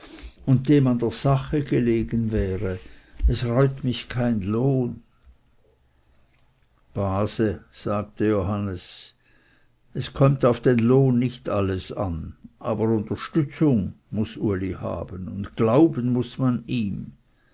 und dem an der sache gelegen wäre es reute mich kein lohn base sagte johannes es kömmt auf den lohn nicht alles an aber unterstützig muß uli haben und glauben muß man ihm